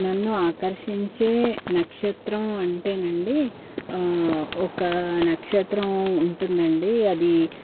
నన్ను ఆకర్షించే నక్షత్రం అంటేనండి ఒక నక్షత్రం ఉంటుందండి అది